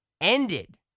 ended